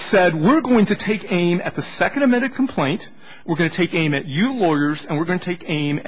said we're going to take aim at the second a minute complaint we're going to take aim at you lawyers and we're going to take aim